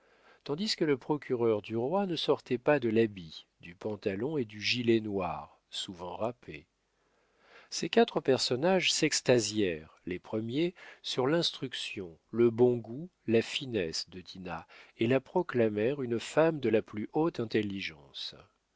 tandis que le procureur du roi ne sortait pas de l'habit du pantalon et du gilet noirs souvent râpés ces quatre personnages s'extasièrent les premiers sur l'instruction le bon goût la finesse de dinah et la proclamèrent une femme de la plus haute intelligence